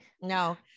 no